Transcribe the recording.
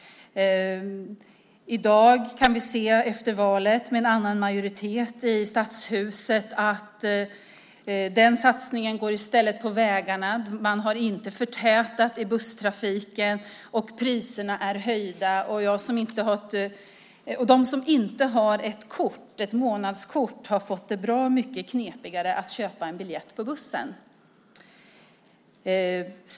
I dag, efter valet och med en annan majoritet i Stadshuset, kan vi se att den satsningen i stället går till vägar. Man har inte förtätat busstrafiken, och priserna har höjts. De som inte har ett månadskort har dessutom fått det bra mycket knepigare att köpa biljett när de ska åka buss.